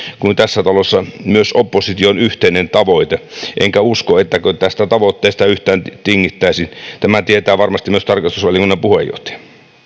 kuin tässä talossa myös opposition yhteinen tavoite enkä usko että tästä tavoitteesta yhtään tingittäisiin tämän tietää varmasti myös tarkastusvaliokunnan puheenjohtaja